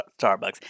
Starbucks